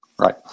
Right